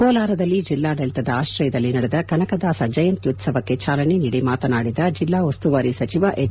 ಕೋಲಾರದಲ್ಲಿ ಜಿಲ್ಲಾಡಳಿತದ ಆಶ್ರಯದಲ್ಲಿ ನಡೆದ ಕನಕದಾಸ ಜಯಂತ್ಯುತವಕ್ಕೆ ಚಾಲನೆ ನೀಡಿ ಮಾತನಾಡಿದ ಜಿಲ್ಲಾ ಉಸ್ತುವಾರಿ ಸಚಿವ ಎಚ್